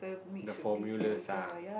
the formulas ah